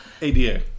ADA